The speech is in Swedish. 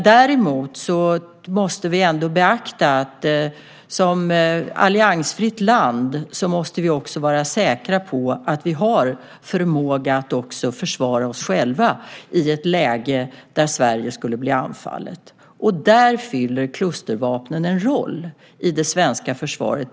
Däremot måste vi beakta att vi som alliansfritt land måste vara säkra på att ha förmåga att försvara oss själva i ett läge där Sverige skulle bli anfallet, och där fyller klustervapnen, BK 90, en roll i det svenska försvaret.